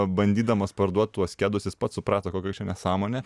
bandydamas parduot tuos kedus jis pats suprato kokia čia nesąmonė